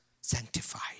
sanctified